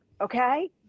okay